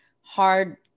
hard